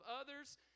others